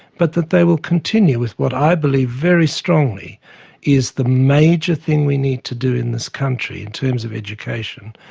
but that they will continue with what i believe very strongly is the major thing we need to do in this country in terms of education,